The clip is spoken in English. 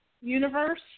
universe